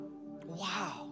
Wow